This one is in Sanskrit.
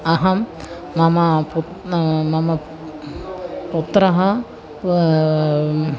अहं मम पु मम पुत्रः